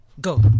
Go